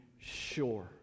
sure